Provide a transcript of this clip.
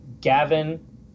Gavin